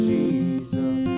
Jesus